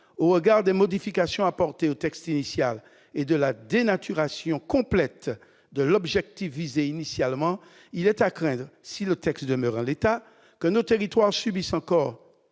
au regard des modifications apportées au texte initial et de la dénaturation complète de l'objectif initial, il est à craindre- du moins si le texte devait demeurer en l'état -que nos territoires ne subissent encore